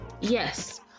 Yes